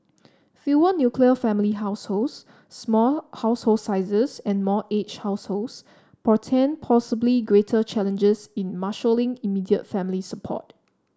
fewer nuclear family households small household sizes and more aged households portend possibly greater challenges in marshalling immediate family support